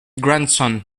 grandson